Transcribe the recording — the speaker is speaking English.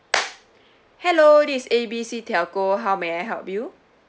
hello this is A B C telco how may I help you